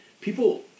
people